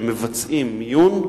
שמבצעים מיון,